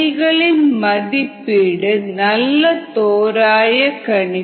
2 மதிப்பீடு நல்ல தோராய கணிப்பு